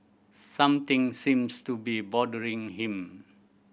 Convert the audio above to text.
something seems to be bothering him